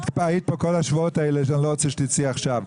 היית פה כל השבועות האלה שאני לא רוצה שתצאי עכשיו,